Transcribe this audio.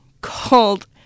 called